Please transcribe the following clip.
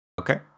Okay